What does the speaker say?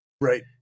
right